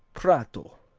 prato